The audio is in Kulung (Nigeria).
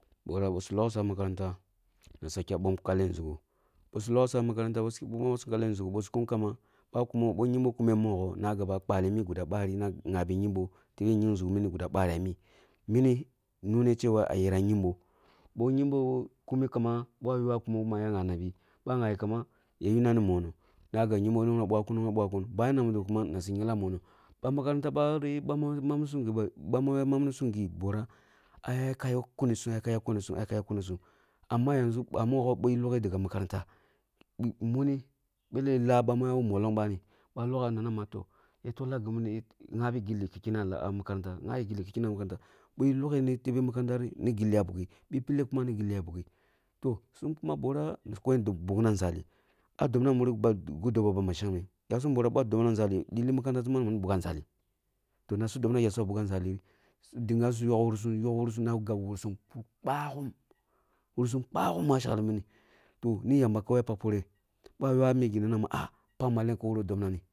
Borah bisi logasum ah makaranta, nisa kya mbom kale nzughu bisu logasum a makranta bi sum mbonam kale nzughu bisu kum kamba, ba kumo bi kyembo kume mogho na kpali mi guda ɓari na gyabi kyembo tebe gyin nzughu mini guda bari ah mimi, mini nune cewa ah yera kyembo boh kyembo kume bi kum kamba ba yowa kumo yira gya nabi, ba gyabi kamba yira yuna ni monah na gab kyembo kuma yira bwakun yira bwakun ba na nomillo kuma niswa ghinlah momoh, ba makaranta bari bami swa manbisum ba mambusum gi bwani oh yaka yakkumusum yaka yakkunisun ya yakkumsum amma yanʒu bamogho bi loghe daga makaranta bwi muni beleh lah bami ah ya ko gi bani, bwa hogha nama toh ya tollah gimini ghyabi gilli ko kemma la kennah ah makaranta gyabu gilli ki kennah ah makaranta bweh loghe ni makaranta ya woh gilli ah bugi bi pilleh kuma ni gilli ah bugi toh sum kuma borah su bukna nzali ah dobna ahmureh gbar ah mureh gi doboh ma chengmeh, yasum borah suya dobna nzali, lileh makanranta sum nī mbugan zali toh nasum dobna jasum ah mbuga nzahiri, dingasum eh yok wurisum yokwarisum na gab wurisum pup kpawum wurisum kpawum ma shekli mini toh ni yamba kawai ya pak poreh ba yowa miyi na nama pak malen ki wuroh dob na mini.